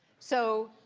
so